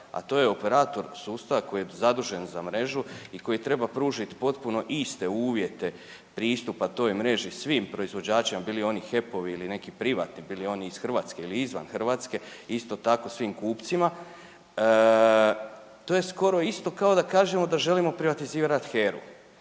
a to je operator sustava koji je zadužen za mrežu i koji treba pružiti potpuno iste uvjete pristupa toj mreži svim proizvođačima bili oni HEP-ovi ili neki privatni, bili oni iz Hrvatske ili izvan Hrvatske i isto tako svim kupcima, to je skoro isto kao da kažemo da želimo privatizirati HERU